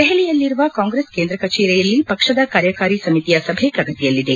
ದೆಹಲಿಯಲ್ಲಿರುವ ಕಾಂಗ್ರೆಸ್ ಕೇಂದ್ರ ಕಚೇರಿಯಲ್ಲಿ ಪಕ್ಷದ ಕಾರ್ಯಕಾರಿ ಸಮಿತಿಯ ಸಭೆ ಪ್ರಗತಿಯಲ್ಲಿದೆ